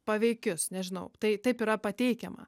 paveikius nežinau tai taip yra pateikiama